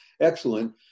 excellent